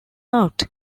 out